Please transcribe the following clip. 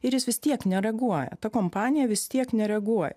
ir jis vis tiek nereaguoja ta kompanija vis tiek nereaguoja